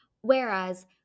Whereas